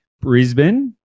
Brisbane